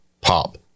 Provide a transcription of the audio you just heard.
pop